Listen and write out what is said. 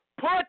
put